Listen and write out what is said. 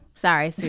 sorry